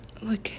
Look